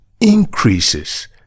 increases